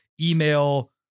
email